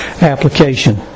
application